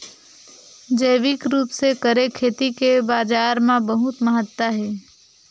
जैविक रूप से करे खेती के बाजार मा बहुत महत्ता हे